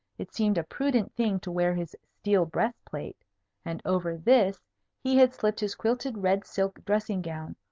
it seemed a prudent thing to wear his steel breast-plate and over this he had slipped his quilted red silk dressing-gown,